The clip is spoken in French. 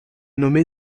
nommé